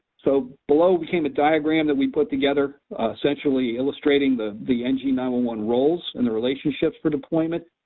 so below became a diagram that we put together essentially illustrating the the n g nine one one roles and the relationships for deployment.